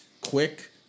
Quick